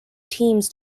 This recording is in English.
teams